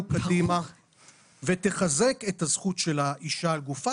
קדימה ותחזק את הזכות של האישה על גופה,